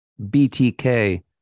BTK